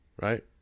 right